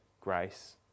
grace